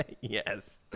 Yes